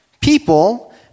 people